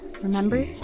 remember